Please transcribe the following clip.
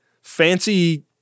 fancy